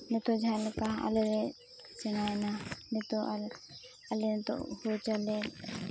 ᱱᱤᱛᱳᱜ ᱡᱟᱦᱟᱸ ᱞᱮᱠᱟ ᱟᱞᱮ ᱥᱮᱬᱟᱭᱮᱱᱟ ᱱᱤᱛᱳᱜ ᱟᱞᱮ ᱟᱞᱮ ᱱᱤᱛᱳᱜ ᱦᱩᱲᱩ ᱪᱟᱣᱞᱮ